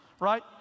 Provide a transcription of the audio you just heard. Right